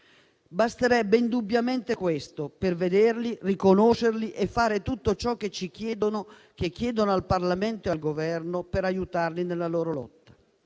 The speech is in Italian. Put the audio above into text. Basterebbe indubbiamente questo per vederli, riconoscerli e fare tutto ciò che ci chiedono, che chiedono al Parlamento e al Governo, per aiutarli nella loro lotta.